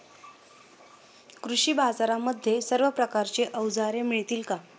कृषी बाजारांमध्ये सर्व प्रकारची अवजारे मिळतील का?